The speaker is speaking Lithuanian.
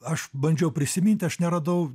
aš bandžiau prisimint aš neradau